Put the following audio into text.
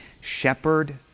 Shepherd